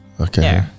okay